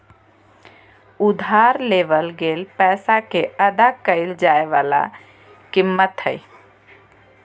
उधार लेवल गेल पैसा के अदा कइल जाय वला कीमत हइ